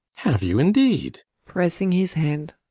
have you indeed pressing his hand.